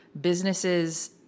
businesses